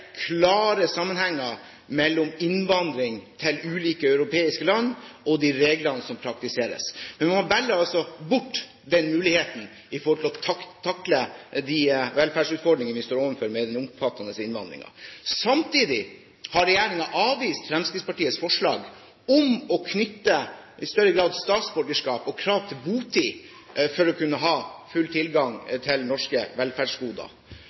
klare sammenhenger mellom innvandringen til ulike europeiske land og de reglene som praktiseres. Men man velger altså bort muligheten for å takle de velferdsutfordringene vi står overfor med den omfattende innvandringen. Samtidig har regjeringen avvist Fremskrittspartiets forslag om i større grad å knytte statsborgerskap og krav til botid til muligheten for å ha full tilgang til norske velferdsgoder.